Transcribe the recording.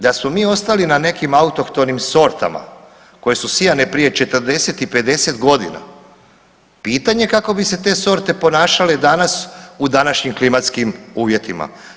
Da smo mi ostali na nekim autohtonim sortama koje su sijane prije 40 i 50 godina pitanje kako bi se te sorte ponašale danas u današnjim klimatskim uvjetima.